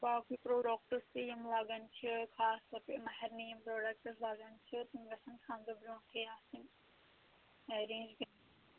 باقٕے پرٛوڈَکٹٕس تہِ یِم لَگَان چھِ خاص طور پے مہرنہِ یِم پرٛوڈکٹٕس لگان چھِ تِم گژھن خانٛدرٕ برٛونٛٹھٕے آسٕنۍ اَیٚرینٛج کٔرِتھ